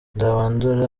nzabandora